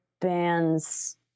bands